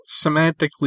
semantically